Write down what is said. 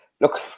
Look